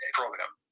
program